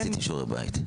עשיתי שיעורי בית.